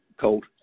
colt